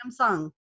Samsung